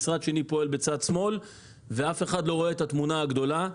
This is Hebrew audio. משרד שני פועל בצד שמאל ואף אחד לא רואה את התמונה הגדולה.